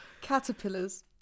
Caterpillars